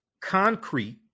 concrete